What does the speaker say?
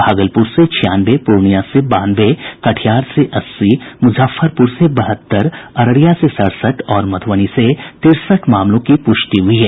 भागलपुर से छियानवे पूर्णिया से बानवे कटिहार से अस्सी मुजफ्फरपुर से बहतत्तर अररिया से सड़सठ और मधुबनी से तिरसठ मामलों की पूष्टि हुई है